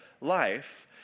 life